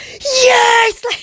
yes